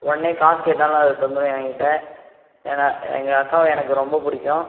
உடனே காசு கேட்டாலும் அது தந்துடும் என்கிட்டே எங்கள் அக்காவை எனக்கு ரொம்ப பிடிக்கும்